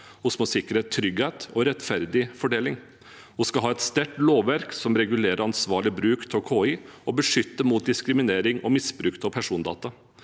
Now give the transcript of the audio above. Vi må sikre trygghet og rettferdig fordeling. Vi skal ha et sterkt lovverk som regulerer ansvarlig bruk av KI og beskytter mot diskriminering og misbruk av persondata.